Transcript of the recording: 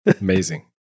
Amazing